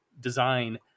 design